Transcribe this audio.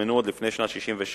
שהוטמנו עוד לפני שנת 1967,